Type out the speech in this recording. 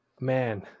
Man